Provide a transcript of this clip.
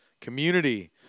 community